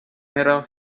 metal